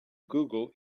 google